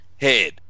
head